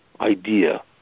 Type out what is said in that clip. idea